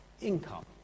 income